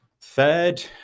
Third